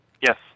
Yes